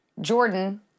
Jordan